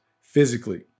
physically